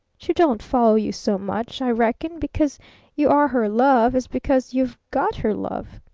she don't follow you so much, i reckon, because you are her love as because you've got her love.